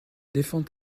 défend